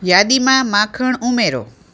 યાદીમાં માખણ ઉમેરો